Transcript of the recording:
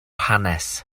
hanes